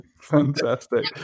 Fantastic